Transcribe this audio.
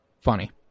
Funny